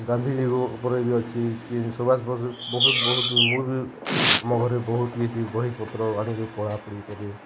ଗାନ୍ଧିଜୀଙ୍କ ଉପରେ ବି ଅଛି କି ସୁବାଷ ବୋଷ ବହୁତ ବହୁତ ମୁଁ ବି ଆମ ଘରେ ବହୁତ କିଛି ବହିପତ୍ର ଆଣିକି ପଢ଼ାପୁଢ଼ି କରେ